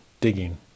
digging